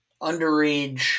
underage